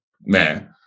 man